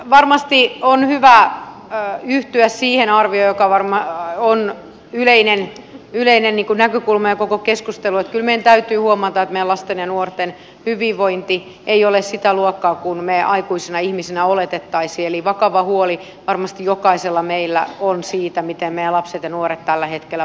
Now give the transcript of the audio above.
varmasti on hyvä yhtyä siihen arvioon joka varmaan on yleinen näkökulma ja koko keskustelu että kyllä meidän täytyy huomata että meidän lasten ja nuorten hyvinvointi ei ole sitä luokkaa kuin me aikuisina ihmisinä olettaisimme eli vakava huoli varmasti jokaisella meillä on siitä miten meidän lapset ja nuoret tällä hetkellä voivat